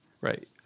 Right